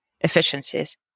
efficiencies